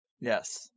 Yes